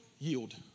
Yield